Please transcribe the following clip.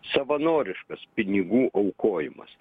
savanoriškas pinigų aukojimas